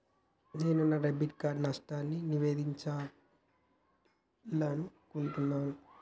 నేను నా debit card నష్టాన్ని నివేదించాలనుకుంటున్నా